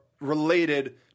related